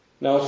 now